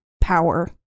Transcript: power